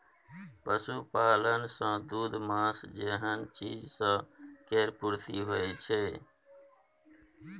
पशुपालन सँ दूध, माँस जेहन चीज सब केर पूर्ति होइ छै